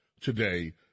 today